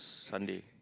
Sunday